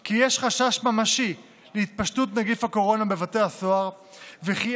כי יש חשש ממשי להתפשטות נגיף הקורונה בבתי הסוהר וכי